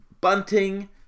bunting